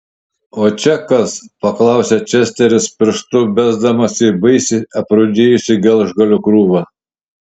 o čia kas paklausė česteris pirštu besdamas į baisiai aprūdijusių gelžgalių krūvą